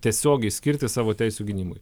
tiesiogiai skirti savo teisių gynimui